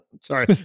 Sorry